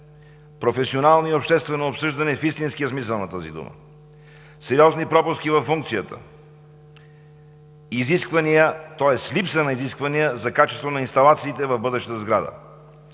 професионално и обществено обсъждане в истинския смисъл на тази дума; сериозни пропуски във функцията; липса на изисквания за качество на инсталациите в бъдещата сграда;